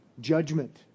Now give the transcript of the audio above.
judgment